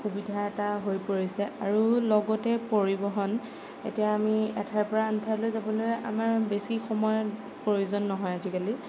সুবিধা এটা হৈ পৰিছে আৰু লগতে পৰিবহণ এতিয়া আমি এঠাইৰপৰা আন এঠাইলৈ যাবলৈ আমাৰ বেছি সময়ৰ প্ৰয়োজন নহয় আজিকালি